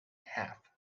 half